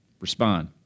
Respond